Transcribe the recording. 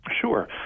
Sure